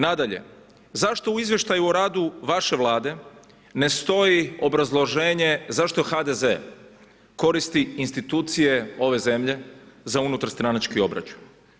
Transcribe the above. Nadalje, zašto u izvještaju o radu vaše vlade ne stoji obrazloženje zašto HDZ koristi institucije ove zemlje za unutar stranački obračun?